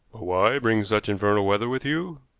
why bring such infernal weather with you?